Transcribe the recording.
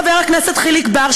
חבר הכנסת חיליק בר,